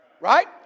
Right